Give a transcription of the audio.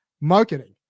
marketing